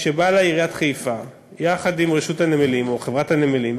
כשבאה אלי עיריית חיפה יחד עם רשות הנמלים או חברת הנמלים,